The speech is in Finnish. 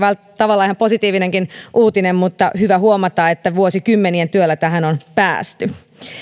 tavallaan ihan positiivinenkin uutinen mutta hyvä huomata että vuosikymmenien työllä tähän on päästy